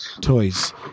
toys